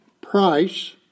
price